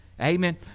Amen